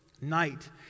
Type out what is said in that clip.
Night